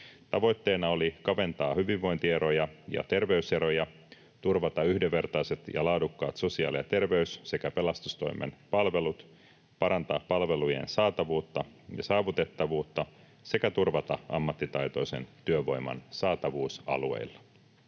Tavoitteena oli kaventaa hyvinvointieroja ja terveyseroja, turvata yhdenvertaiset ja laadukkaat sosiaali- ja terveys- sekä pelastustoimen palvelut, parantaa palvelujen saatavuutta ja saavutettavuutta sekä turvata ammattitaitoisen työvoiman saatavuus alueilla.